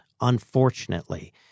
unfortunately